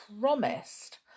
promised